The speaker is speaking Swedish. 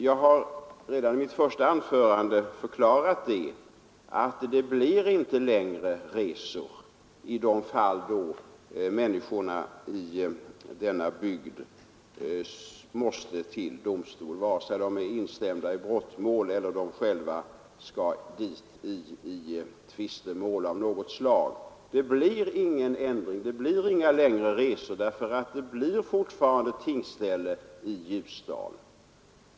Jag har redan i mitt första anförande förklarat att det blir inte längre resor i de fall då människorna i denna bygd måste till domstol, vare sig de är instämda i brottmål eller skall till domstolen i tvistemål av något slag. Det blir ingen ändring, det blir inga längre resor för det kommer fortfarande att vara tingsställe i Ljusdal.